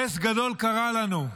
נס גדול קרה לנו.